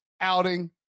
outing